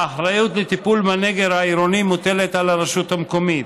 האחריות לטיפול בנגר העירוני מוטלת על הרשות המקומית.